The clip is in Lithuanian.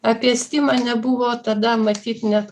apie stimą nebuvo tada matyt net